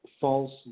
False